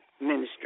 ministry